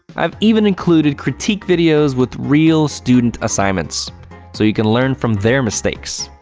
i've even included critique videos with real student assignments so you can learn from their mistakes.